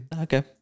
Okay